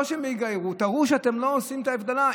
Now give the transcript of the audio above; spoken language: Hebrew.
לא שהם יגיירו, תראו שאתם לא עושים את ההבדלה.